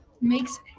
makes